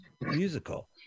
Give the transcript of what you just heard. musical